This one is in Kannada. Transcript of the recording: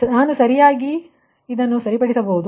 ಆದ್ದರಿಂದ ನಾನು ಸರಿಯಾಗಿ ಸರಿಪಡಿಸಬಹುದು